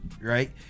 right